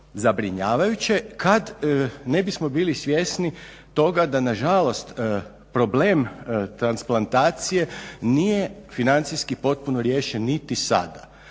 zabrinjavajuće kad ne bismo bili svjesni toga da nažalost problem transplantacije nije financijski potpuno riješen niti sada